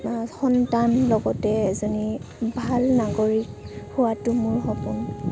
সন্তান লগতে এজনী ভাল নাগৰিক হোৱাতো মোৰ সপোন